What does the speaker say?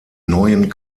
neuen